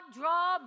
draw